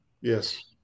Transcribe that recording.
Yes